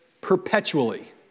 perpetually